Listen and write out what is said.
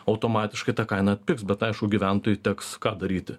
automatiškai ta kaina atpigs bet aišku gyventojų teks ką daryti